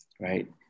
right